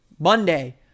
Monday